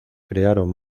crearon